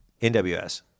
NWS